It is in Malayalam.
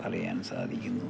പറയാൻ സാധിക്കുന്നു